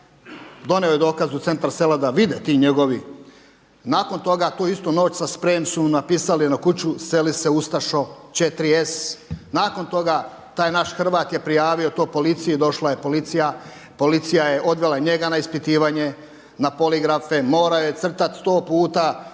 donio je dokaz u centar sela da vide ti njegovi. Nakon toga tu istu noć sa sprejom su mu napisali na kuću seli se ustašo, 4s. Nakon toga taj naš Hrvat je prijavio to policiji i došla je policija, policija je odvela njega na ispitivanje, na poligrafe, morao je crtati sto puta